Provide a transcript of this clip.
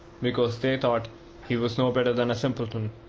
because they thought he was no better than a simpleton.